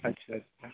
ᱟᱪᱪᱷᱟ ᱟᱪᱪᱷᱟ